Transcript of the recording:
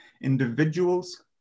individuals